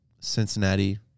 Cincinnati